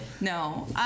no